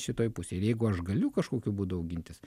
šitoj pusėj ir jeigu aš galiu kažkokiu būdu augintis